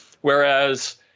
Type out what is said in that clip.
whereas